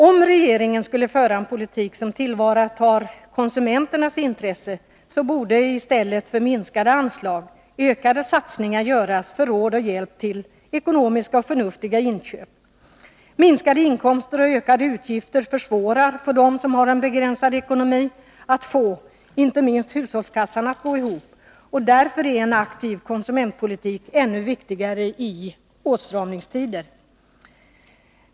Om regeringen skulle föra en politik som tillvaratar konsumenternas intresse, borde man i stället för att minska anslagen göra ökade satsningar för råd och hjälp till ekonomiska och förnuftiga inköp. Minskade inkomster och ökade utgifter försvårar för dem som har en begränsad ekonomi att få inte minst hushållskassan att gå ihop — därför är en aktiv konsumentpolitik ännu viktigare i åtstramningstider.